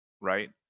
right